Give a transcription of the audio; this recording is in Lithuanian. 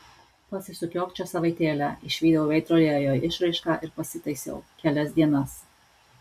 pasisukiok čia savaitėlę išvydau veidrodyje jo išraišką ir pasitaisiau kelias dienas